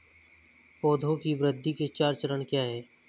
पौधे की वृद्धि के चार चरण क्या हैं?